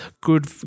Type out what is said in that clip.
good